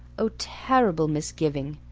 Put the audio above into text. oh, terrible misgiving!